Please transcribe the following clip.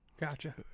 gotcha